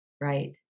right